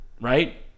right